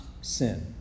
sin